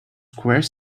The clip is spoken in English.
square